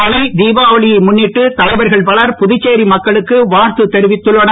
நாளை திபாவளியை முன்னிட்டு தலைவர்கள் பலர் புதுச்சேரி மக்களுக்கு வாழ்த்து தெரிவித்துள்ளனர்